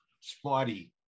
spotty